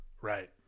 Right